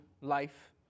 life